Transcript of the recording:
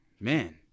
man